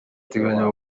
ateganya